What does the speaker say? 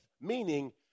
meaning